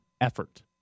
effort